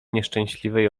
nieszczęśliwej